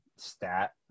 stat